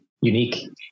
unique